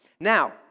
Now